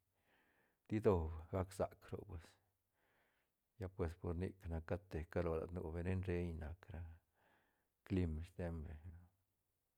Di doob gac sac roc pues lla pues por nic nac cat te caro lat nu beñ reñ reñ nac ra clim steñ beñ.